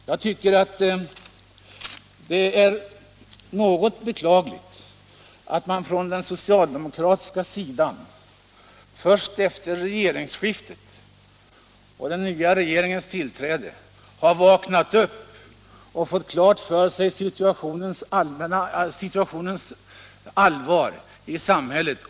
Jag tycker det är beklagligt att man på den socialdemokratiska sidan inte förrän efter regeringsskiftet har vaknat upp och fått klart för sig situationens allvar i samhället.